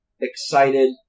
excited